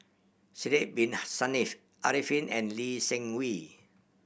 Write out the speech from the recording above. Sidek Bin Saniff Arifin and Lee Seng Wee